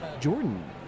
Jordan